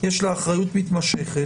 יש לה אחריות מתמשכת.